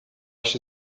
się